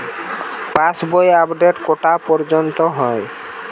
পাশ বই আপডেট কটা পর্যন্ত হয়?